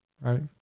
right